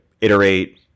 iterate